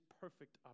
perfect